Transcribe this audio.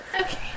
Okay